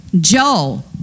Joel